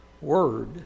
word